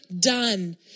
done